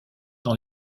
dans